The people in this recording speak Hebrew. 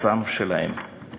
לארצם שלהם";